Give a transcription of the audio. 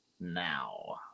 Now